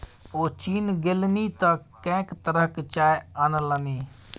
ओ चीन गेलनि तँ कैंक तरहक चाय अनलनि